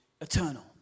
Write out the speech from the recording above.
eternal